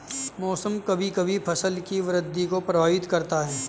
मौसम कभी कभी फसल की वृद्धि को प्रभावित करता है